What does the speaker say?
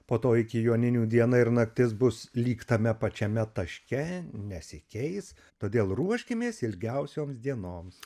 po to iki joninių diena ir naktis bus lyg tame pačiame taške nesikeis todėl ruoškimės ilgiausioms dienoms